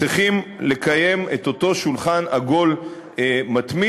צריכים לקיים את אותו שולחן עגול מתמיד,